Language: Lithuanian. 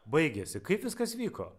baigėsi kaip viskas vyko